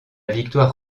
victoire